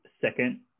second